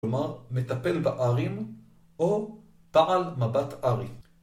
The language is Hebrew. כלומר, מטפל בארים או פעל מבט ארי